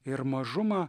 ir mažumą